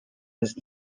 his